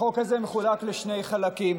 החוק הזה מחולק לשני חלקים.